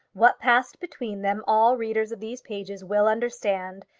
what passed between them all readers of these pages will understand.